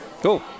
Cool